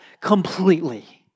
completely